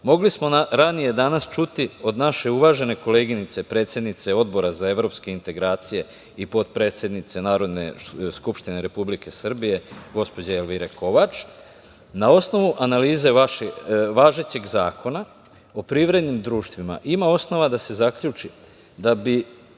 mogli smo ranije danas čuti od naše uvažene koleginice, predsednice Odbora za evropske integracije i potpredsednice Narodne skupštine Republike Srbije, gospođe Elvire Kovač, na osnovu analize važećeg Zakona o privrednim društvima ima osnova da se zaključi da bi